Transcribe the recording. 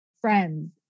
friends